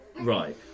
Right